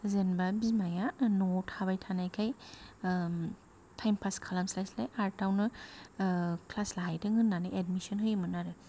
जेनेबा बिमाया न'आव थाबाय थानायखाय टाइम पास खालाम स्लायस्लाय आर्टआवनो क्लास लाहैथों होननानै एडमिसन होयोमोन आरो